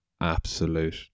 absolute